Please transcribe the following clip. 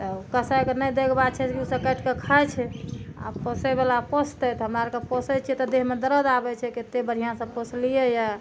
तब कसाइके नहि दैके बात छै ओसब काटि के खाइ छै आ पोसै बला पोसतै तऽ हमरा आर के पोसै छियै तऽ देहमे दरद आबै छै केत्ते बढ़िऑं सऽ पोसलियैया